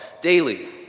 daily